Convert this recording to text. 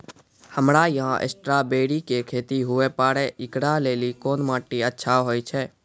हमरा यहाँ स्ट्राबेरी के खेती हुए पारे, इकरा लेली कोन माटी अच्छा होय छै?